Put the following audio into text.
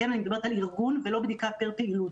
וכן אני מדברת על ארגון ולא בדיקה פר פעילות.